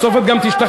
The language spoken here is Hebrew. בסוף את גם תשתכנעי,